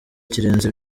kirenze